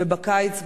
ובקיץ,